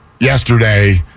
yesterday